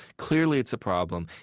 clearly it's a problem,